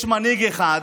יש מנהיג אחד,